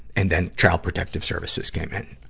and then child protective services came in.